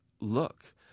Look